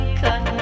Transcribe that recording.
cut